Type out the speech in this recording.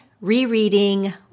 rereading